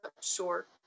short